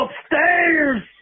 upstairs